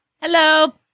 Hello